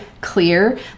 clear